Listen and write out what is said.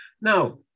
Now